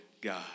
God